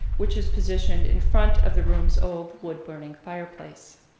which is positioned in front of the room's old wood burning fireplace.